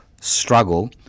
struggle